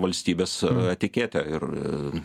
valstybės etiketę ir